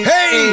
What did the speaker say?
Hey